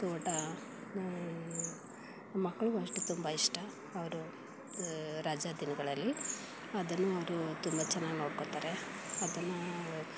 ಊಟ ಮಕ್ಕಳಿಗೂ ಅಷ್ಟೇ ತುಂಬ ಇಷ್ಟ ಅವರು ರಜಾ ದಿನಗಳಲ್ಲಿ ಅದನ್ನು ಅವರು ತುಂಬ ಚೆನ್ನಾಗಿ ನೋಡ್ಕೊಳ್ತಾರೆ ಅದನ್ನು